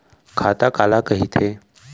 खाता काला कहिथे?